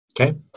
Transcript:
Okay